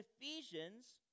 Ephesians